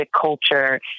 culture